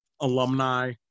alumni